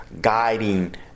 guiding